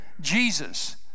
Jesus